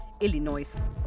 Illinois